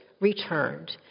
returned